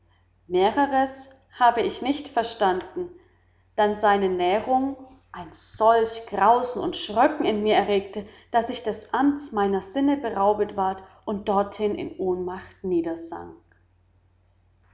mehrers habe ich nicht verstanden dann seine näherung ein solch grausen und schröcken in mir erregte daß ich des amts meiner sinne beraubet ward und dorthin in ohnmacht